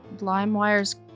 LimeWire's